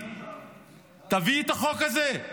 תביא את החוק הזה.